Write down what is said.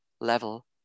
level